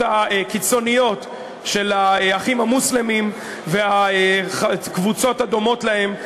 הקיצוניות של "האחים המוסלמים" ואל קבוצות הדומות להן,